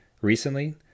recently